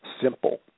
simple